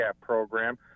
program